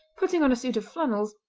putting on a suit of flannels,